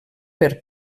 per